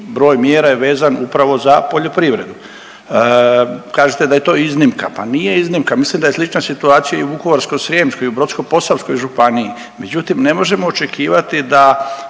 broj mjera je vezan upravo za poljoprivredu. Kažete da je to iznimka, pa nije iznimka mislim da je slična situacija i u Vukovarsko-srijemskoj i u Brodsko-posavskoj županiji, međutim ne možemo očekivati da